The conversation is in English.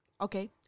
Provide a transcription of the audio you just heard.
Okay